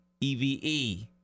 eve